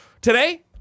today